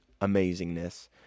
amazingness